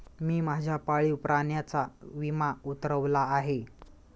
मी माझ्या पाळीव प्राण्याचा विमा उतरवला आहे